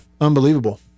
unbelievable